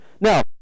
Now